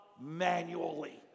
manually